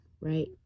right